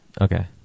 Okay